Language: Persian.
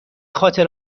خاطر